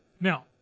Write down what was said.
Now